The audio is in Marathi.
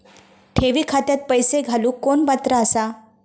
ठेवी खात्यात पैसे घालूक कोण पात्र आसा?